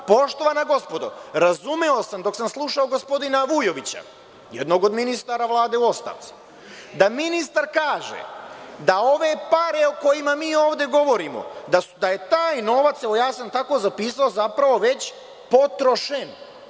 Poštovana gospodo, razumeo sam dok sam slušao gospodina Vujovića, jednog od ministara Vlade u ostavci, da ministar kaže da ove pare o kojima mi ovde govorimo, da je taj novac, evo ja sam tako zapisao, zapravo već potrošen.